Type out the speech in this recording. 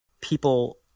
people